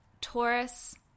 Taurus